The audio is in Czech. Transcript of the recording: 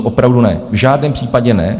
Opravdu ne, v žádném případě ne.